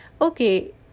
okay